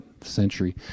century